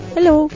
Hello